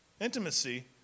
intimacy